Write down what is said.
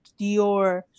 Dior